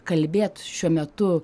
kalbėt šiuo metu